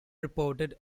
reported